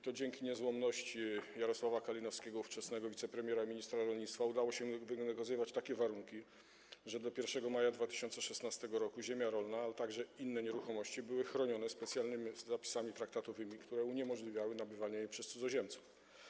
To dzięki niezłomności Jarosława Kalinowskiego, ówczesnego wicepremiera i ministra rolnictwa, udało się wynegocjować takie warunki, że do 1 maja 2016 r. ziemia rolna, ale także inne nieruchomości były chronione specjalnymi zapisami traktatowymi, które uniemożliwiały nabywanie ich przez cudzoziemców.